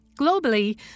Globally